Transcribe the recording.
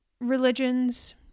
religions